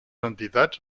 entitats